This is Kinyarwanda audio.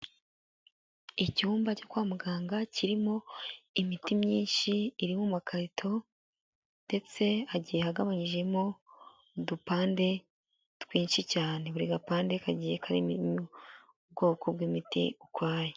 Icyumba cyo kwa muganga kirimo imiti myinshi iri mu makarito ndetse hagiye hagabanyijemo udupande twinshi cyane, buri gapande kagiye karimo ubwoko bw'imiti ukwayo.